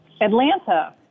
Atlanta